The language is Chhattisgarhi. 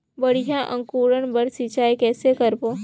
बढ़िया अंकुरण बर सिंचाई कइसे करबो?